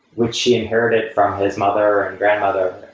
which she inherited from his mother and grandmother.